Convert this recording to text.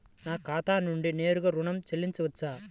నా ఖాతా నుండి నేరుగా ఋణం చెల్లించవచ్చా?